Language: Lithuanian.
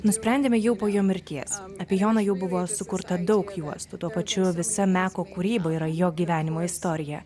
nusprendėme jau po jo mirties apie joną jau buvo sukurta daug juostų tuo pačiu visa meko kūryba yra jo gyvenimo istorija